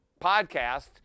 podcast